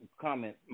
comment